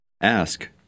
Ask